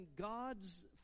God's